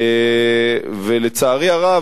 לצערי הרב,